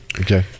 Okay